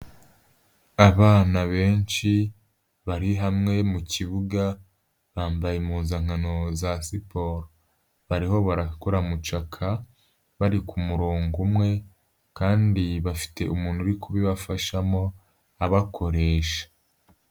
Abana benshi bari hamwe mu kibuga, bambaye impuzankano za siporo, bariho barakora mucaka, bari ku murongo umwe kandi bafite umuntu uri kubibafashamo abakoresha.